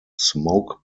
smoke